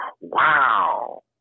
wow